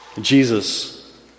Jesus